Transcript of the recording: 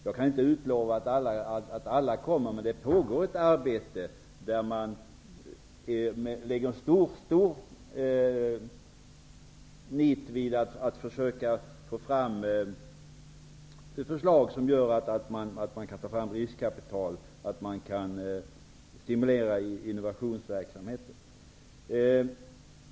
Jag kan inte utlova att alla kommer, men det pågår ett arbete där man med stora nit försöker få fram förslag som gör att man kan ta fram riskkapital och stimulera innovationsverksamheten.